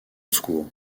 secours